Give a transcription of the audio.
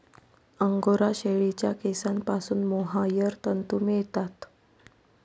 angora शेळीच्या केसांपासून mohair तंतू मिळतात